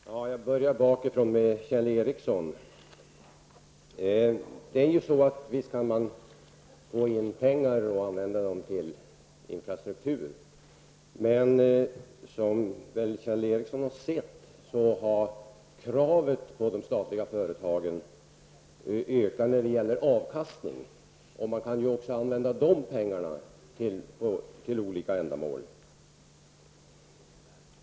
Herr talman! Jag börjar bakifrån med Kjell Ericsson. Visst kan man få in pengar och använda dem till infrastruktur. Men som väl Kjell Ericsson har sett, har avkastningskravet på de statliga företagen ökat, och man kan ju också använda vinstmedlen till olika ändamål.